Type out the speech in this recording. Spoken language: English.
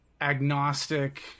agnostic